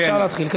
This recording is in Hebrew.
אפשר להתחיל.